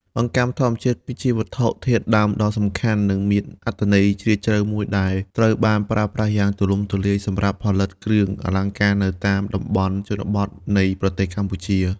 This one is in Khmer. អង្កាំធម្មជាតិ គឺជាវត្ថុធាតុដើមដ៏សំខាន់ និងមានអត្ថន័យជ្រាលជ្រៅមួយដែលត្រូវបានប្រើប្រាស់យ៉ាងទូលំទូលាយសម្រាប់ផលិតគ្រឿងអលង្ការនៅតាមតំបន់ជនបទនៃប្រទេសកម្ពុជា។